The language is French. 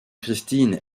kristin